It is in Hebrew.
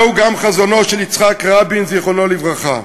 זהו גם חזונו של יצחק רבין, זיכרונו לברכה,